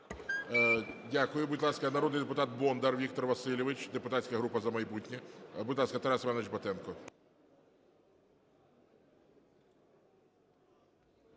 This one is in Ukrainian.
Дякую. Будь ласка, народний депутат Бондар Віктор Васильович, депутатська група "За майбутнє. Будь ласка, Тарас Іванович Батенко.